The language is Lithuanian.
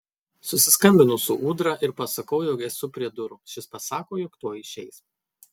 susiskambinu su ūdra ir pasakau jog esu prie durų šis pasako jog tuoj išeis